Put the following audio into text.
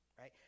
right